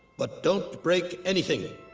but don't break anything.